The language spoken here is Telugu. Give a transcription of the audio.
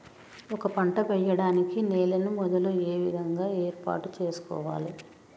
ఒక పంట వెయ్యడానికి నేలను మొదలు ఏ విధంగా ఏర్పాటు చేసుకోవాలి?